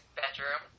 bedroom